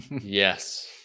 yes